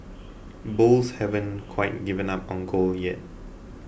bulls haven't quite given up on gold yet